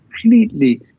completely